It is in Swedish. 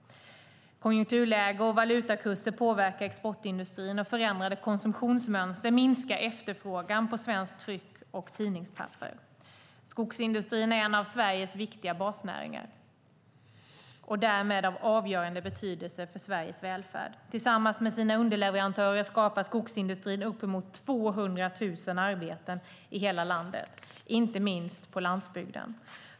Konjunkturläge och valutakurser påverkar exportindustrin, och förändrade konsumtionsmönster minskar efterfrågan på svenskt tryck och tidningspapper. Skogsindustrin är en av Sveriges viktiga basnäringar och därmed av avgörande betydelse för Sveriges välfärd. Tillsammans med sina underleverantörer skapar skogsindustrin uppemot 200 000 arbeten i hela landet, inte minst på landsbygden.